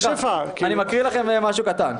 מקריא לכם משהו קטן: